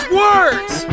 words